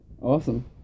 Awesome